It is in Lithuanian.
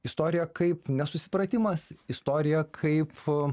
istoriją kaip nesusipratimas istoriją kaip